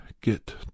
get